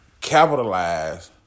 Capitalize